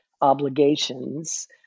obligations